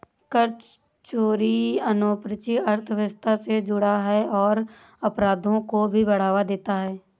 कर चोरी अनौपचारिक अर्थव्यवस्था से जुड़ा है और अपराधों को भी बढ़ावा देता है